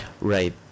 right